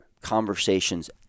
conversations